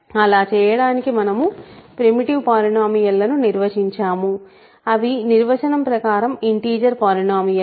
అలా చేయడానికి మనము ప్రిమిటివ్ పాలినోమియల్ లను నిర్వచించాము అవి నిర్వచనం ప్రకారం ఇంటిజర్ పోలినోమియల్ లు